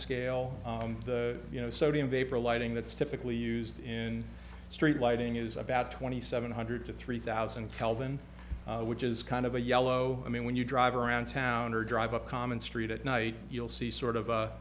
scale you know sodium vapor a lighting that's typically used in street lighting is about twenty seven hundred to three thousand calvin which is kind of a yellow i mean when you drive around town or drive a common street at night you'll see sort of a